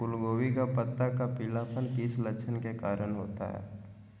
फूलगोभी का पत्ता का पीलापन किस लक्षण के कारण होता है?